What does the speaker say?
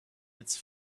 its